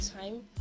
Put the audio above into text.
time